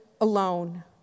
alone